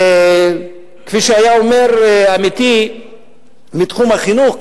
כפי שהיה אומר עמיתי מתחום החינוך,